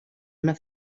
una